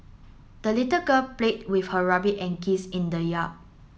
the little girl played with her rabbit and geese in the yard